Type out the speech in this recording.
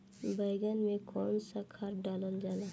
बैंगन में कवन सा खाद डालल जाला?